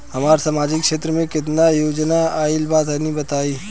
हमरा समाजिक क्षेत्र में केतना योजना आइल बा तनि बताईं?